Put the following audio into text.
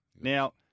Now